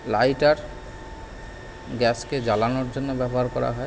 lighter গ্যাসকে জ্বালানোর জন্য ব্যবহার করা হয়